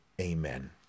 Amen